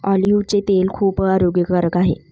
ऑलिव्हचे तेल खूप आरोग्यकारक आहे